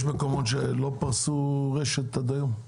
יש מקומות שלא פרסו רשת עד היום?